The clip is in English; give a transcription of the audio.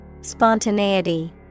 Spontaneity